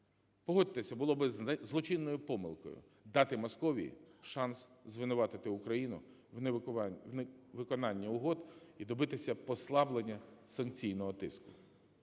Погодьтеся, було би злочинною помилкою дати Московії шанс звинуватити Україну в невиконанні угод і добитися послаблення санкційного тиску.